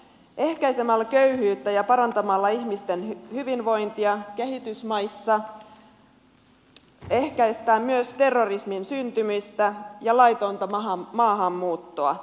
ehkäisemällä köyhyyttä ja parantamalla ihmisten hyvinvointia kehitysmaissa ehkäistään myös terrorismin syntymistä ja laitonta maahanmuuttoa